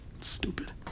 Stupid